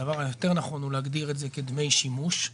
נכון יותר להגדיר את זה כדמי שימוש.